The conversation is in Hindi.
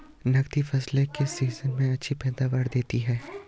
नकदी फसलें किस सीजन में अच्छी पैदावार देतीं हैं?